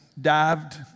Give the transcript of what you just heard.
dived